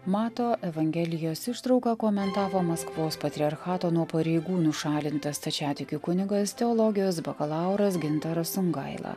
mato evangelijos ištrauką komentavo maskvos patriarchato nuo pareigų nušalintas stačiatikių kunigas teologijos bakalauras gintaras sungaila